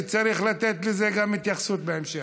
צריך לתת לזה גם התייחסות בהמשך.